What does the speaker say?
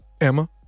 Emma